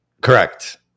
Correct